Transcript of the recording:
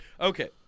Okay